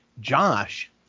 Josh